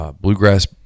Bluegrass